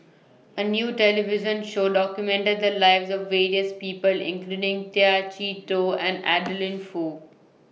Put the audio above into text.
A New television Show documented The Lives of various People including Tay Chee Toh and Adeline Foo